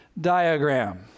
diagram